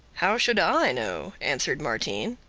how should i know! answered martin.